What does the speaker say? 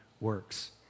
works